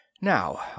Now